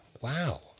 wow